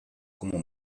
como